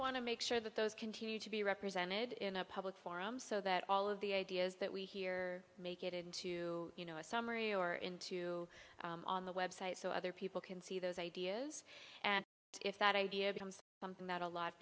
want to make sure that those continue to be represented in a public forum so that all of the ideas that we hear make it into you know a summary or into on the website so other people can see those ideas and if that idea becomes something that a lot of